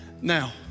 now